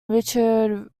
richard